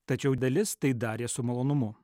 tačiau dalis tai darė su malonumu